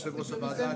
יושב-ראש הוועדה,